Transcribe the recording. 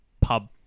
pub